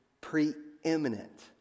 preeminent